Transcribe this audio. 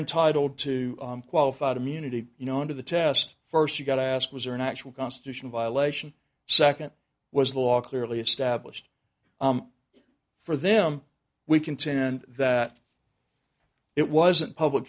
entitled to qualified immunity you know under the test first you've got to ask was or an actual constitutional violation second was the law clearly established for them we contend that it wasn't public